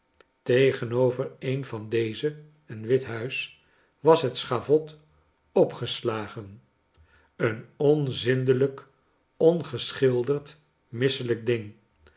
tegenover een van deze een wit huis was het schavot opgeslagen een onzindelijk ongeschilderd misselijk ding